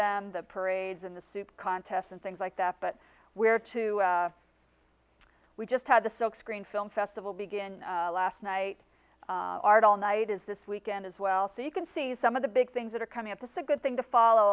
them the parades and the soup contests and things like that but where to we just had the silkscreen film festival begin last night art all night is this weekend as well so you can see some of the big things that are coming up to sit good thing to follow